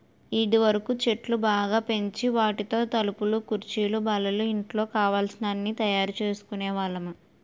ఇదివరకు చెట్లు బాగా పెంచి వాటితో తలుపులు కుర్చీలు బల్లలు ఇంట్లో కావలసిన అన్నీ తయారు చేసుకునే వాళ్ళమి